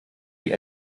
die